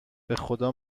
بخدا